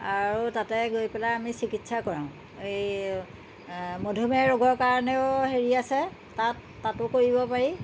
আৰু তাতে গৈ পেলাই আমি চিকিৎসা কৰাওঁ এই মধুমেহ ৰোগৰ কাৰণেও হেৰি আছে তাত তাতো কৰিব পাৰি